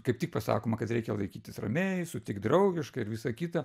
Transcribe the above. kaip tik pasakoma kad reikia laikytis ramiai sutikt draugiškai ir visa kita